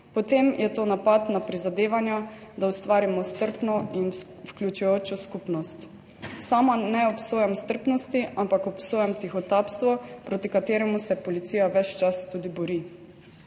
potem je to napad na prizadevanja, da ustvarimo strpno in vključujočo skupnost. Sama ne obsojam strpnosti, ampak obsojam tihotapstvo, proti kateremu se policija ves čas tudi bori.